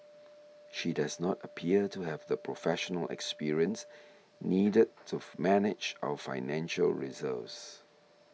she does not appear to have the professional experience needed to manage our financial reserves